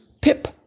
Pip